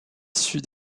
sud